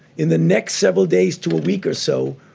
in the next several days to a week or so,